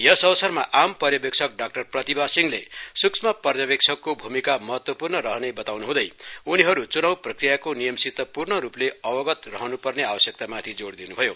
यस अवसरमा आम पर्यवेक्षक डाक्टर प्रतिभा सिंहले सुक्ष्म पर्यवेक्षकको भूमिका महत्वर्पूण रहने बताउनु हुँदै नीहरू चुनाव प्रक्रियाको नियमसित पूर्णरूपले अवगत रहनुपर्ने आवश्यक्त माथि जोड़ दिनुभयो